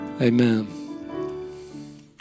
amen